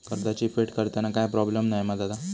कर्जाची फेड करताना काय प्रोब्लेम नाय मा जा?